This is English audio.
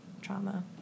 trauma